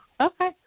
Okay